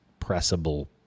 pressable